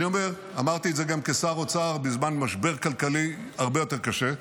אמרתי את זה גם כשר אוצר בזמן משבר כלכלי הרבה יותר קשה,